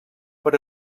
per